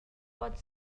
pot